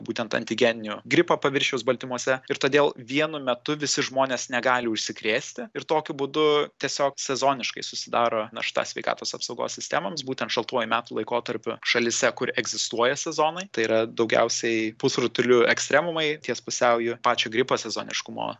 būtent antigeninio gripo paviršiaus baltymuose ir todėl vienu metu visi žmonės negali užsikrėsti ir tokiu būdu tiesiog sezoniškai susidaro našta sveikatos apsaugos sistemoms būtent šaltuoju metų laikotarpiu šalyse kur egzistuoja sezonai tai yra daugiausiai pusrutulių ekstremumai ties pusiauju pačio gripo sezoniškumo